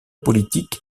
politique